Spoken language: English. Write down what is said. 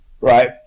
right